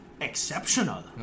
exceptional